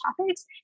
topics